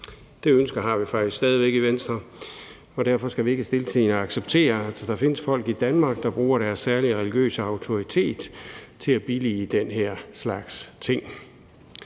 Det ønske har vi faktisk stadig væk i Venstre, og derfor skal vi ikke stiltiende acceptere, at der findes folk i Danmark, der bruger deres særlige religiøse autoritet til at billige den her slags ting.